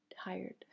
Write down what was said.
tired